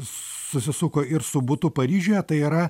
susisuko ir su butu paryžiuje tai yra